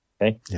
Okay